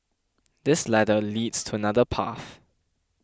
this ladder leads to another path